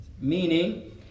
Meaning